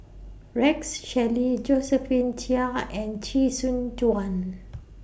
Rex Shelley Josephine Chia and Chee Soon Juan